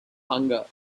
hunger